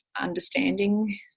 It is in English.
understanding